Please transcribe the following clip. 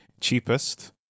cheapest